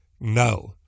No